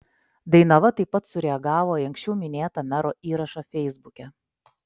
dainava taip pat sureagavo į anksčiau minėtą mero įrašą feisbuke